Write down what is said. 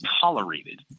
tolerated